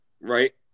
right